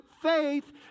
faith